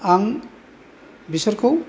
आं बिसोरखौ